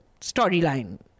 storyline